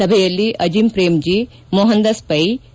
ಸಭೆಯಲ್ಲಿ ಅಜೀಂ ಪ್ರೇಮ್ಜೀ ಮೋಹನ್ದಾಸ್ ಪ್ಲೆ